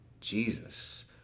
Jesus